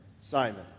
Simon